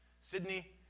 Sydney